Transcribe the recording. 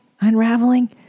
unraveling